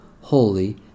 holy